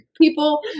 People